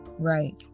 Right